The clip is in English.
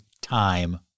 time